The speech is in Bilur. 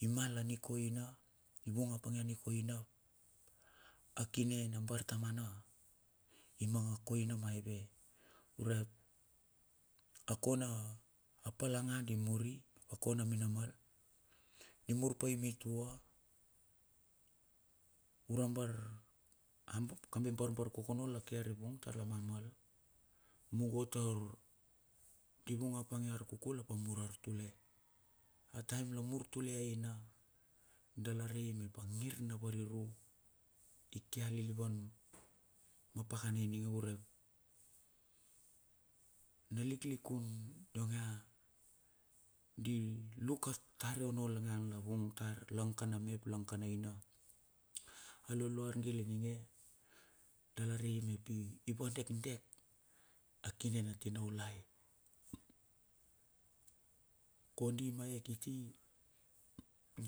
I mal a nikoina, i vung apanga a nikoina. A kine na bartamana i manga koina maive. Urep a kona pala nga di mur ako na mina mal. Di mur pai mitua, bar kambe barbarkokono la ke ariving tarla mamal mugo taur di vung apange ar kukul ap mur ar tule a taem la mur tule aina da rai mep a nir ma variru i ke alilvan ma pakana ininge urep na liklikun yongai di luk a tare onno ongai la vung tar lang kan a me ap lang kan aina. A lolo argil ininge dala rei mep i va dekdek a kine na tinaulai. Kondi ma yea kiti